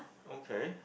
okay